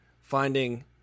Finding